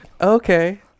Okay